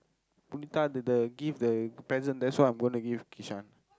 Punitha the the give the present that's what I'm gonna give Kishan